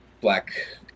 black